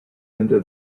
into